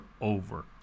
Over